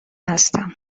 هستم